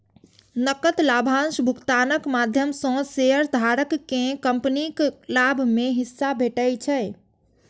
नकद लाभांश भुगतानक माध्यम सं शेयरधारक कें कंपनीक लाभ मे हिस्सा भेटै छै